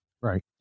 Right